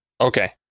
Okay